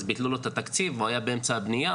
אז ביטלו לו את התקציב והוא היה באמצע הבניה,